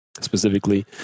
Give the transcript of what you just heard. specifically